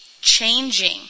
changing